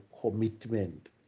commitment